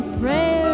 prayer